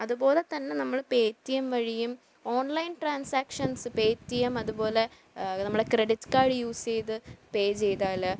അതുപോലെതന്നെ നമ്മൾ Paytm വഴിയും online transactions Paytm അതുപോലെ നമ്മുടെ ക്രെഡിറ്റ് കാർഡ് യൂസ് ചെയ്ത് പേ ചെയ്താൽ